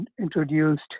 introduced